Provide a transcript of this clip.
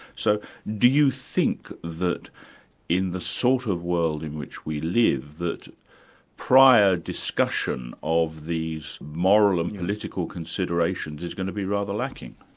so do you think that in the sort of world in which we live, that prior discussion of these moral and political considerations is going to be rather lacking?